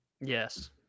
Yes